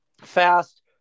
fast